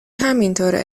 همینطوره